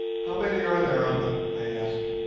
how many are there of them i asked.